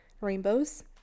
rainbows